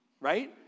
right